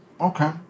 Okay